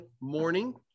morning